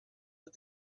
but